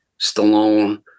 Stallone